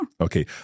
Okay